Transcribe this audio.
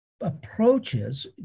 approaches